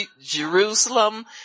Jerusalem